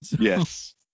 Yes